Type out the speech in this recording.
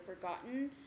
forgotten